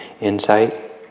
insight